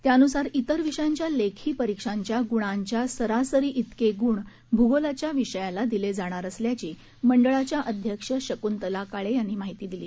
त्यानुसार इतर विषयांच्या लेखी परीक्षांच्या गुणांच्या सरासरीइतके गुण भूगोलाच्या विषयाला दिले जाणार असल्याची मंडळाच्या अध्यक्ष शकुंतला काळे यांनी दिली